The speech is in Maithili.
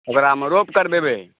ओकरामे रोप करबेबै